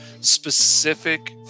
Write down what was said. specific